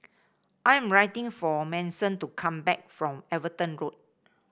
I am waiting for Manson to come back from Everton Road